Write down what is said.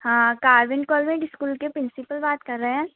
हाँ कारवीन कौलभेंट ईस्कूल के प्रिंसिपल बात कर रहे हैं